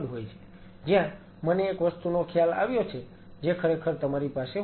જ્યાં મને એક વસ્તુનો ખ્યાલ આવ્યો છે જે ખરેખર તમારી પાસે હોવી જોઈએ